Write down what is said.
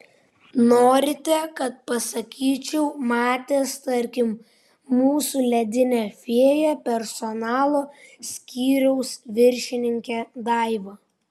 norite kad pasakyčiau matęs tarkim mūsų ledinę fėją personalo skyriaus viršininkę daivą